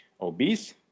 Obese